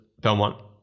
Belmont